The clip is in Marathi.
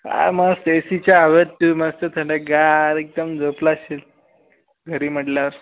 काय मस्त ए सीच्या हवेत तू मस्त थंडगार एकदम झोपला असशील घरी म्हटलास